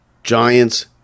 Giants